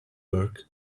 work